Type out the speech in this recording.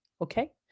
Okay